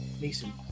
Mason